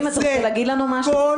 אתה רוצה לספר לנו משהו?